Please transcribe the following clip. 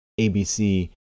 ABC